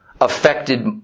affected